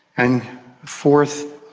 and fourth,